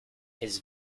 his